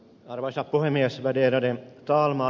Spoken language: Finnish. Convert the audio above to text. arvoisa puhemies ärade talman